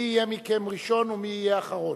מי מכם יהיה ראשון ומי יהיה אחרון?